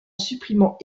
supprimant